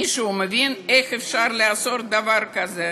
מישהו מבין איך אפשר לעצור דבר כזה?